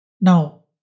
Now